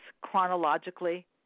chronologically